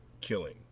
killing